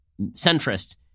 centrists